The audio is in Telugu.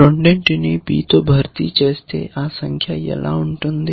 మనం 2 ని B తో భర్తీ చేస్తే ఆ సంఖ్య ఎలా ఉంటుంది